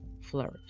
flourish